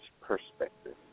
perspective